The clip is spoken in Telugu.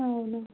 అవును